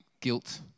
guilt